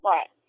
Right